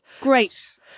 Great